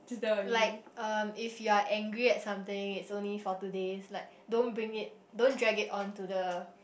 like um if you are angry at something it's only for today's like don't bring it don't drag it on to the